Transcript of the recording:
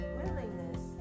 willingness